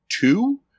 two